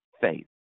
Faith